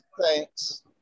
thanks